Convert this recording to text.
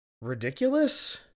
ridiculous